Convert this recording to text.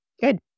Good